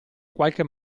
qualche